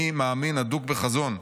'אני מאמין אדוק בחזון.